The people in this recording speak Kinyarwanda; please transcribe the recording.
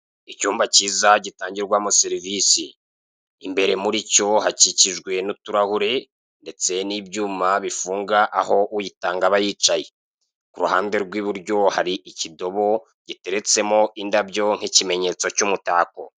Icyumba cyiza gitangirwamo serivise imbere muri cyo hakikijwe n'uturahure ndetse n'ibyuma bifunga aho uyitanga aba yicaye, ku ruhande rw'iburyo hari ikidobo giteretsemo indabyo nk'ikimenyetso cy'umutako.